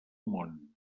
món